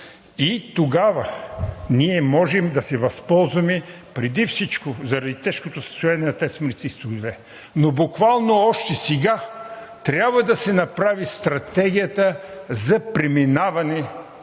и тогава можем да се възползваме, преди всичко заради тежкото състояние на „ТЕЦ Марица изток 2“. Но буквално още сега трябва да се направи стратегията за преминаване,